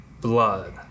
blood